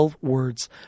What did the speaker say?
words